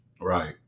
Right